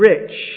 rich